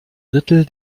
drittel